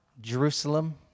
Jerusalem